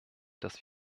dass